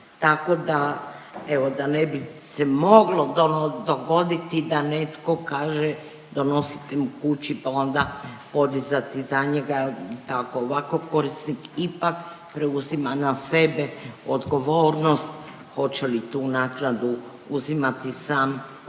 Tako da, evo ne bi se moglo dogoditi da netko kaže, donosite mu kući pa onda podizati za njega. Ovako korisnik ipak preuzima na sebe odgovornost hoće li tu naknadu uzimati sam